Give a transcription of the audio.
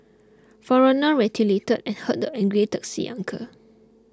foreigner retaliated and hurt angry taxi uncle